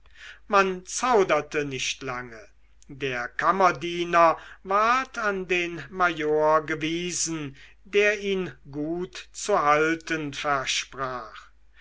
man zauderte nicht lange der kammerdiener ward an den major gewiesen der ihn gut zu halten versprach